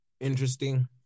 interesting